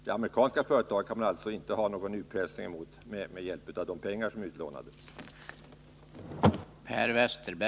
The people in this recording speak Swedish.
Det amerikanska företaget kan man alltså inte bedriva någon utpressning mot med hjälp av de pengar som är utlånade.